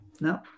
No